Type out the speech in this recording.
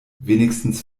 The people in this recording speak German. wenigstens